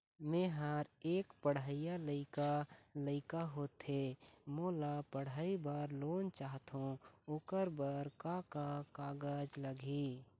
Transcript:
मेहर एक पढ़इया लइका लइका होथे मोला पढ़ई बर लोन चाहथों ओकर बर का का कागज लगही?